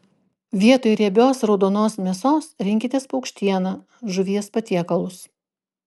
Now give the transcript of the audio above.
vietoj riebios raudonos mėsos rinkitės paukštieną žuvies patiekalus